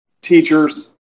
teachers